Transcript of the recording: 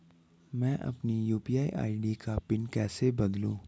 मैं अपनी UPI ID का पिन कैसे बदलूं?